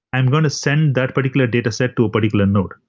i'm going to send that particular data set to a particular node.